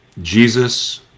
Jesus